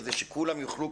כדי שכולם יוכלו,